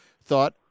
thought